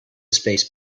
space